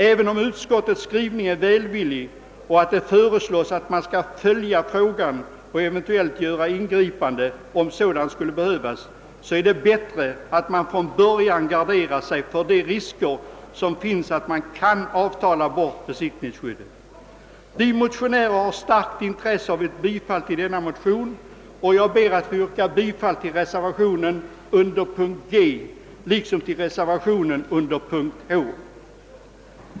Även om utskottets skrivning är välvillig och innebär att frågan skall följas och att ingripande eventuellt skall göras om sådant skulle behövas, vore det bättre om man från början garderade sig för de risker som föreligger för att besittningsskyddet kan »avtalas bort». Vi motionärer har ett starkt intresse av ett bifall till ifrågavarande motioner, och jag ber därför att få yrka bifall till reservationen vid moment G i utskottets hemställan liksom till reservationen vid H.